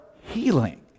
healing